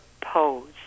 pose